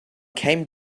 came